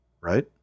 right